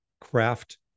craft